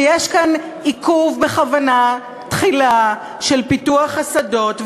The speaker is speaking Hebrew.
שיש כאן עיכוב בכוונה תחילה של פיתוח השדות.